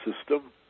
system